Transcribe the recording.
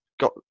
got